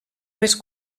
més